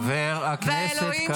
חבר הכנסת קריב.